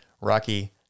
Rocky